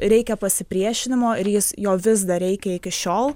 reikia pasipriešinimo ir jis jo vis dar reikia iki šiol